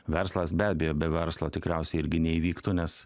verslas be abejo be verslo tikriausiai irgi neįvyktų nes